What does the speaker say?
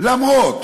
למרות